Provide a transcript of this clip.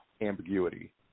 ambiguity